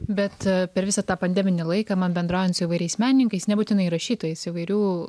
bet per visą tą pandeminį laiką man bendraujant su įvairiais menininkais nebūtinai rašytojais įvairių